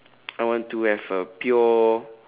I want to have a pure